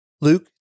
Luke